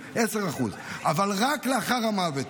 אבל רק לאחר המוות.